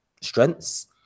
strengths